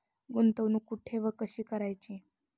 गुंतवणूक कुठे व कशी करायची?